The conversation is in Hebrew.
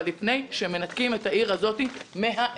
אבל לפני שמנתקים את העיר הזאת מהאזרחים.